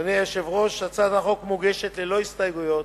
אדוני היושב-ראש, הצעת החוק מוגשת ללא הסתייגויות,